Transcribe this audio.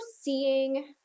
seeing